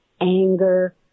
anger